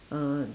uh